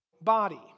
body